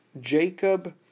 Jacob